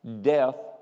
death